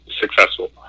successful